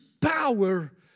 power